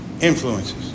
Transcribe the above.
influences